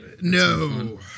No